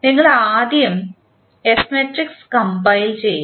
ഞങ്ങൾ ആദ്യം S matrix compile ചെയ്യും